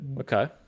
okay